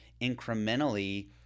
incrementally